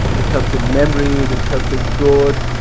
it helps with memories. it helps with growth.